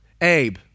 Abe